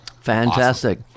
Fantastic